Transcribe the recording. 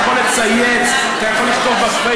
אתה יכול לצייץ, אתה יכול לכתוב בפייסבוק.